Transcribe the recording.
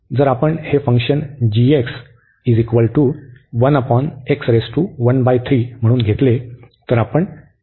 जर आपण हे फंक्शन म्हणून घेतले तर आपण लिमिट एकत्र करू शकतो